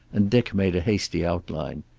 and dick made a hasty outline.